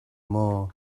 maw